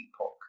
epoch